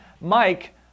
Mike